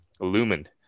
illumined